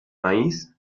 maíz